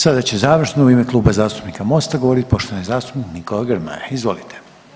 Sada će završno u ime Kluba zastupnika Mosta govorit poštovani zastupnik Nikola Grmoja, izvolite.